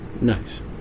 Nice